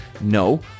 No